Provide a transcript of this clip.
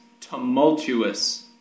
tumultuous